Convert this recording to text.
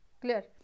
Clear